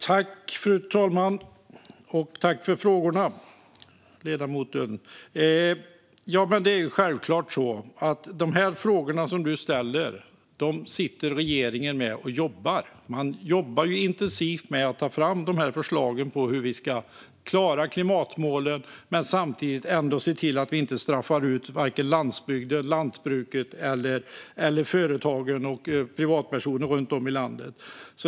Fru talman! Tack för frågorna, ledamoten! Det är självklart att regeringen sitter och jobbar med de frågor som du ställer. Man jobbar intensivt med att ta fram förslag på hur vi ska klara klimatmålen och samtidigt ändå se till att vi inte straffar ut vare sig landsbygden, lantbruket, företagen eller privatpersoner runt om i landet.